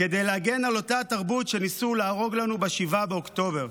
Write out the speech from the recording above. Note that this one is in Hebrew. כדי להגן על אותה תרבות שניסו להרוג לנו ב-7 באוקטובר.